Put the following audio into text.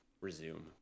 Resume